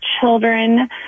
children